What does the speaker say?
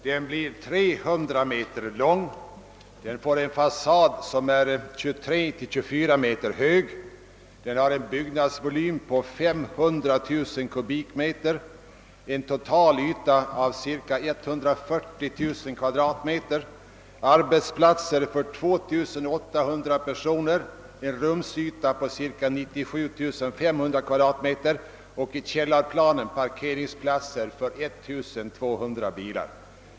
Den blir 300 m lång, den får en fasad som är 23—24 m hög, en byggnadsvolym på 500 000 m3, en totalyta av ca 140 000 m2, arbetsplatser för 2800 personer, en rumsyta av ca 97 500 m? och i källarplanet parkeringsplatser för 1200 bilar.